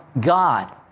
God